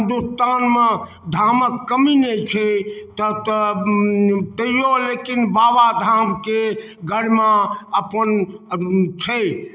हिन्दुस्तानमे धामके कमी नहि छै तब तऽ तैओ लेकिन बाबाधामके गरिमा अपन छै